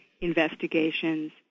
investigations